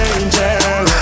angel